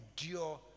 endure